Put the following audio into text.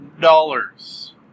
dollars